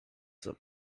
them